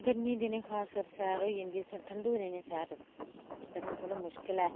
गर्मी दे दिनें खासकर सैर होई जंदी ठंडू दे दिनें सैर करना थोह्ड़ा मुश्कल ऐ